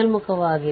V0i0 ಆಗಿದೆ